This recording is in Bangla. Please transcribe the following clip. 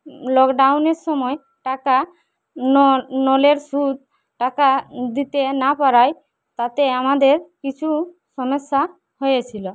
লকডাউনের সময় টাকা নো লোনের সুদ টাকা দিতে না পারায় তাতে আমাদের কিছু সমস্যা হয়েছিল